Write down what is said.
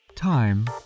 Time